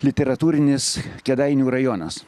literatūrinis kėdainių rajonas